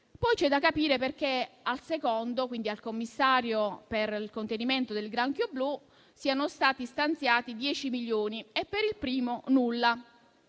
Poi c'è da capire perché per il secondo, il commissario per il contenimento del granchio blu, siano stati stanziati 10 milioni e per il primo nulla.